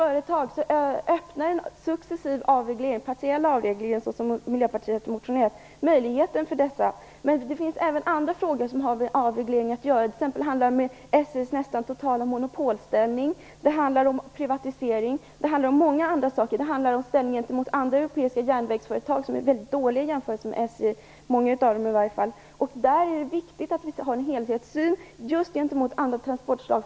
En successiv eller partiell avreglering, som Miljöpartiet motionerat om, öppnar möjligheter för privata företag. Det finns även andra frågor som har med avreglering att göra. Det handlar t.ex. om SJ:s nästan totala monopolställning. Det handlar om privatisering. Det handlar om många andra saker. Det handlar om ställningen gentemot andra europeiska järnvägsföretag, av vilka många är väldigt dåliga i jämförelse med Det är viktigt att vi har en helhetssyn just gentemot andra transportslag.